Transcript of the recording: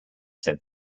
said